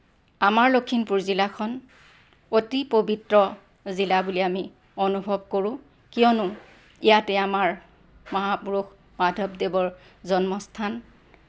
আমাৰ লখিমপুৰ জিলাখন অতি পবিত্ৰ জিলা বুলি আমি অনুভৱ কৰোঁ কিয়নো ইয়াতেই আমাৰ মহাপুৰুষ মাধৱদেৱৰ জন্মস্থান